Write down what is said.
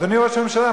אדוני ראש הממשלה,